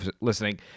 listening